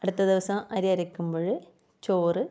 അടുത്ത ദിവസം അരി അരയ്ക്കുമ്പോൾ ചോറ്